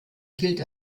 gilt